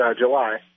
July